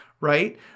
right